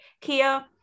Kia